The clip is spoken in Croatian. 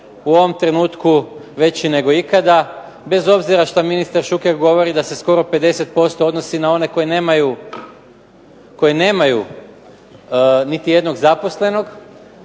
u ovom trenutku veći nego ikada, bez obzira što ministar Šuker govori da se skoro 50% odnosi na one koji nemaju niti jednog zaposlenog,